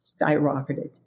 skyrocketed